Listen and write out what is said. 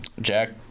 Jack